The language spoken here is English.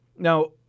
Now